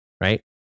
right